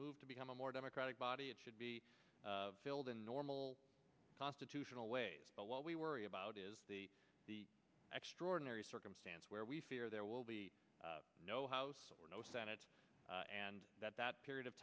moved to become a more democratic body it should be filled in normal constitutional ways but what we worry about is the extraordinary circumstance where we fear there will be no house or no senate and that that period of